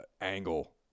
angle